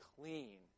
clean